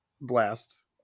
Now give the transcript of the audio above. Blast